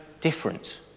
different